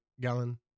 gallon